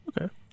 okay